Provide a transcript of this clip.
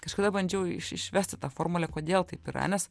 kažkada bandžiau iš išvesti tą formulę kodėl taip yra nes